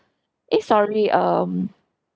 eh sorry um